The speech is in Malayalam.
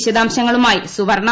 വിശദാംശങ്ങളുമായി സുവർണ